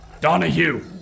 Donahue